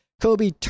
Kobe